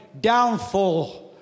downfall